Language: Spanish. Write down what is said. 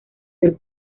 del